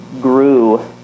grew